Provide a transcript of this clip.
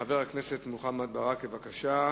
חבר הכנסת מוחמד ברכה,